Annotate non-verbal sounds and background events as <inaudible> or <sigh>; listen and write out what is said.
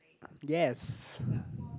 yes <breath>